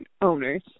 owners